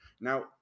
Now